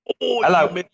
Hello